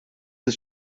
ist